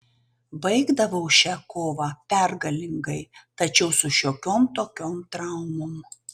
baigdavau šią kovą pergalingai tačiau su šiokiom tokiom traumom